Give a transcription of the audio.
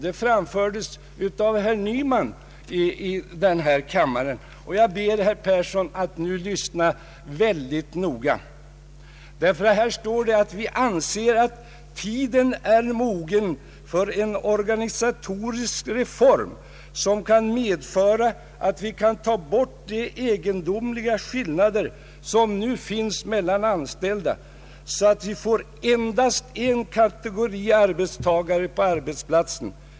Det framfördes av herr Nyman i denna kammare, och jag ber herr Yngve Persson lyssna mycket noga, ty i yttrandet står att vi anser att tiden är mogen för en organisatorisk reform som kan medföra att vi kan ta bort de egendomliga skillnader som nu finns mellan anställda så att vi får endast en kategori arbetstagare på arbetsmarknaden.